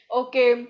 okay